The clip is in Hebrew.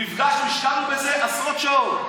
נפגשנו, השקענו בזה עשרות שעות.